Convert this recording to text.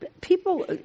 people